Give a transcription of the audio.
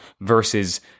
versus